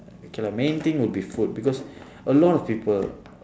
okay lah main thing would be food because a lot of people